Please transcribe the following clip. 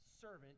servant